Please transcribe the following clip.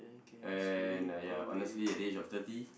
and uh ya honestly at the age of thirty